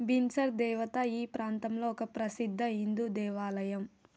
బీన్సర్ దేవత ఈ ప్రాంతంలో ఒక ప్రసిద్ధ హిందూ దేవాలయం